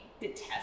detest